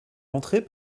entrer